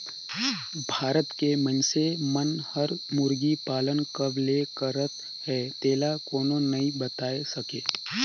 भारत के मइनसे मन हर मुरगी पालन कब ले करत हे तेला कोनो नइ बताय सके